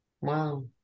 Wow